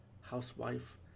housewife